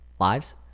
Lives